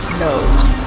knows